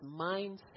mindset